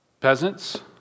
Peasants